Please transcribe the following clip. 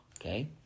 Okay